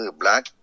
black